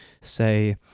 Say